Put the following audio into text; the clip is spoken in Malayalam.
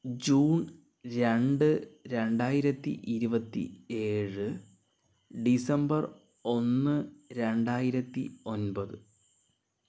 ജൂൺ രണ്ട് രണ്ടായിരത്തി ഇരുപത്തി ഏഴ് ഡിസംബർ ഒന്ന് രണ്ടായിരത്തി ഒൻപത്